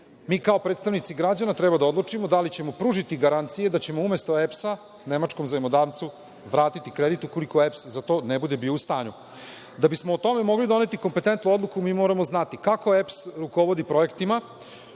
A“.Mi kao predstavnici građana treba da odlučimo da li ćemo pružiti garancije, da ćemo umesto EPS nemačkom zajmodavcu vratiti kredit ukoliko EPS za to ne bude bio u stanju. Da bismo o tome mogli doneti kompententu odluku mi moramo znati kako EPS rukovodi projektima,